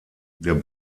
der